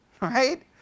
right